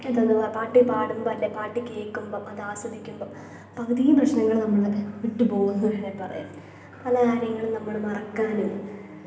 എന്തോന്ന് പ പാട്ടു പാടുമ്പോൾ അല്ലെ പാട്ടു കേൾക്കുമ്പം അതാസ്വദിക്കുമ്പം പകുതിയും പ്രശ്നങ്ങൾ നമ്മൾ വിട്ടു പോകുമെന്നു വേണെ പറയാം പല കാര്യങ്ങൾ നമ്മൾ മറക്കാനും